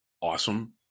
awesome